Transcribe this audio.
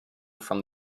from